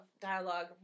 dialogue